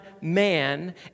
man